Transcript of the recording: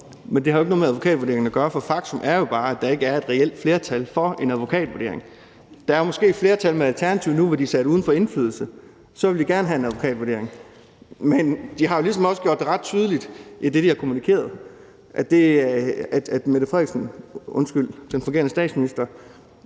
Men det har jo ikke noget med advokatvurderingen at gøre, for faktum er bare, at der ikke er et reelt flertal for en advokatvurdering. Der er måske et flertal med Alternativet nu, hvor de er sat uden for indflydelse. Så vil de gerne have en advokatvurdering. Men de har ligesom også gjort det ret tydeligt i det, de har kommunikeret, at den fungerende statsminister